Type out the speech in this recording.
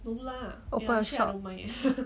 open a shop